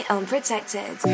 Unprotected